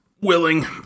willing